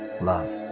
love